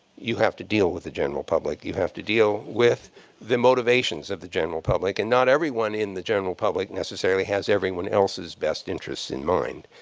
you have to deal with the general public. you have to deal with the motivations of the general public. and not everyone in the general public necessarily has everyone else's best interests in mind.